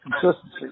Consistency